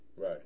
Right